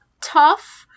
tough